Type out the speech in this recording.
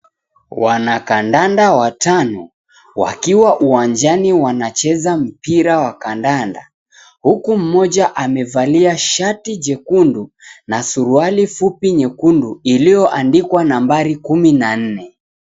Wanakandanda watano wakiwa uwanjani wanacheza mpira wa kandanda. Huku mmoja amevalia shati jekundu na suruali fupi nyekundu iliyoandikwa nabari kumi na nne.